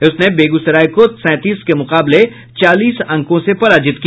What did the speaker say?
उसने बेगूसराय को सैंतीस के मुकाबले चालीस अंकों से पराजित किया